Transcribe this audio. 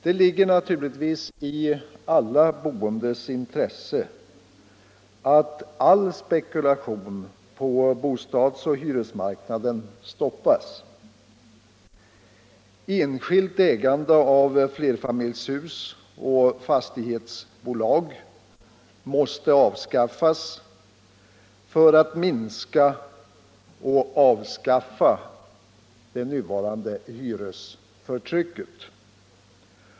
Det ligger naturligtvis i alla boendes intresse att all spekulation på bostads och hyresmarknaden stoppas. Enskilt ägande av flerfamiljshus och fastighetsbolag måste avskaffas för att minska och undanröja det nuvarande hyresförtrycket.